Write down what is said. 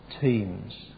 teams